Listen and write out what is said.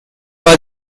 was